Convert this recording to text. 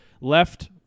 left